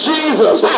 Jesus